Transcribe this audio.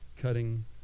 cutting